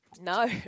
No